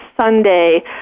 Sunday